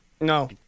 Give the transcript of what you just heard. No